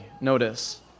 Notice